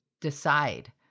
decide